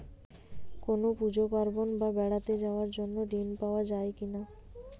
কোনো পুজো পার্বণ বা বেড়াতে যাওয়ার জন্য ঋণ পাওয়া যায় কিনা?